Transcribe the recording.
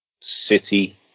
City